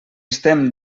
estem